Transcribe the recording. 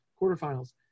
quarterfinals